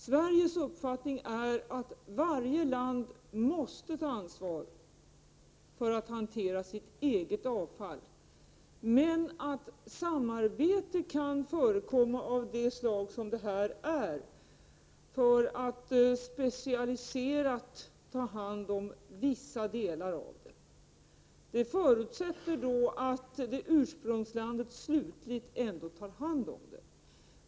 Sveriges uppfattning är att varje land måste ta ansvar för att hantera sitt eget avfall, men att samarbete kan förekomma av det slag som det här är fråga om, för att specialiserat ta hand om vissa delar. Jag förutsätter då att ursprungslandet slutligen ändå tar hand om resterna.